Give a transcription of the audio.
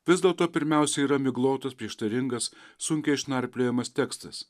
vis dėlto pirmiausia yra miglotos prieštaringas sunkiai išnarpliojamas tekstas